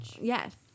Yes